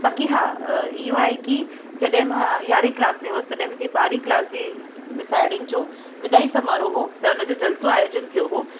बाक़ी हां इहो आहे कि जॾहिं मां यारहें क्लास में हुयसि तॾहिं मुंहिंजी ॿारहें क्लास जी साहेड़ियुनि जो विदाई समारोह हो त उन जो जलसो आयोजन थियो हो